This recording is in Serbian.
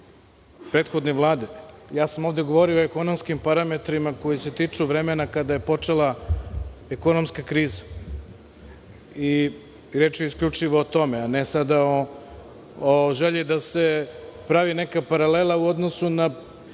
prethodne Vlade. Ja sam ovde govorio o ekonomskim parametrima koji se tiču vremena kada je počela ekonomska kriza. Reč je isključivo o tome, a ne o želji da se pravi neka paralela u odnosu na